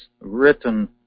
written